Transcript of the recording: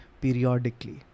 periodically